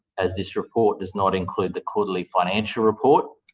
as this report does not include the quarterly financial report.